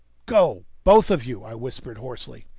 go, both of you! i whispered hoarsely.